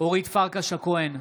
אורית פרקש הכהן,